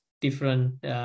different